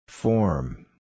Form